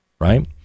right